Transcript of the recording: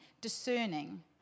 discerning